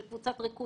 של קבוצת ריכוז,